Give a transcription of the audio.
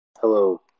hello